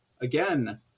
Again